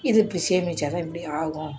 இது இப்படி சேமித்தா தான் இப்படி ஆகும்